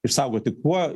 išsaugoti kuo